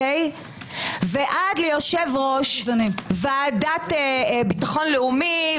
ועד יושב-ראש ועדת ביטחון לאומי,